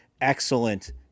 excellent